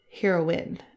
heroine